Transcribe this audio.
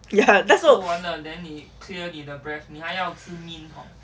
ya that's all